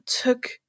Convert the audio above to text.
took